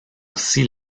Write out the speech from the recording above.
aussi